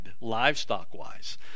livestock-wise